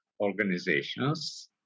organizations